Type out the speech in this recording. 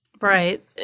Right